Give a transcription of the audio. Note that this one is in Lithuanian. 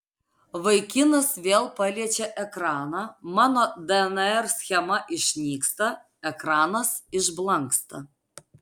vaikinas vėl paliečia ekraną mano dnr schema išnyksta ekranas išblanksta